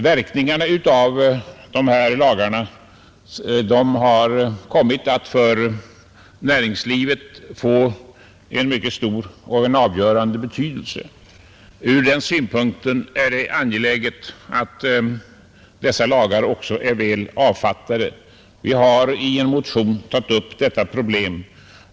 Verkningarna av dessa lagar har kommit att få mycket stor och avgörande betydelse för näringslivet. Ur den synpunkten är det angeläget att lagarna också är väl avfattade. Vi har i en motion tagit upp detta problem.